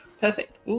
Perfect